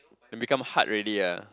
then become hard already ah